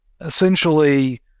essentially